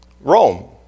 Rome